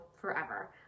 forever